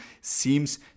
seems